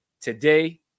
today